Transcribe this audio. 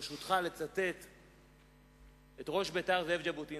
ברשותך, לצטט את ראש בית"ר, זאב ז'בוטינסקי,